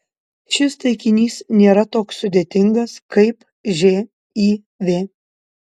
šis taikinys nėra toks sudėtingas kaip živ